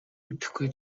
мэдэхгүй